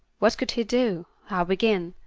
what could he do? how begin?